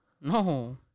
No